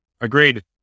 Agreed